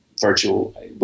virtual